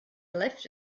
left